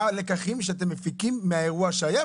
מה הלקחים שאתם מפקיים מהאירוע שהיה?